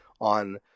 on